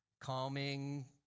Calming